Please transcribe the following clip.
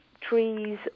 trees